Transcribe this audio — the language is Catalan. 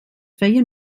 feien